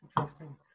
Interesting